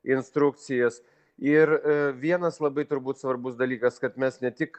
instrukcijas ir vienas labai turbūt svarbus dalykas kad mes ne tik